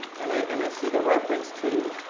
and i and i see the reference to